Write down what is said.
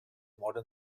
modern